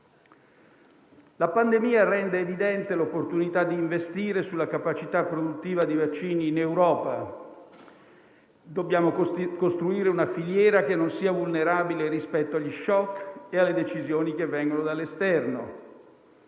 La pandemia rende evidente l'opportunità di investire sulla capacità produttiva di vaccini in Europa: dobbiamo costruire una filiera che non sia vulnerabile rispetto agli *shock* e alle decisioni che vengono dall'esterno